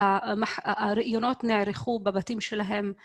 הראיונות נערכו בבתים שלהם